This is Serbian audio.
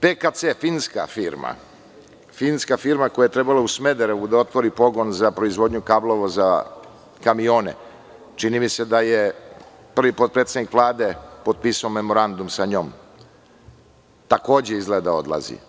PKC“, finska firma koja je trebalo u Smederevu da otvori pogon za proizvodnju kablova za kamione, čini mi se da je prvi potpredsenik Vlade potpisao memorandum sa njom, takođe izgleda odlazi.